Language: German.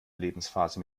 lebensphase